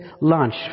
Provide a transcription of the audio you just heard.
lunch